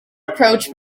approach